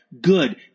Good